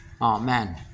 Amen